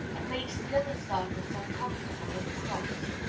and makes the other servants uncomfortable and cross.